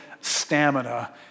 stamina